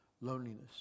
loneliness